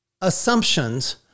assumptions